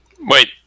Wait